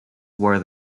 wore